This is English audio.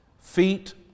feet